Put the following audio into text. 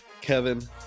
kevin